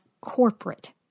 corporate